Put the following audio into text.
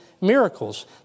miracles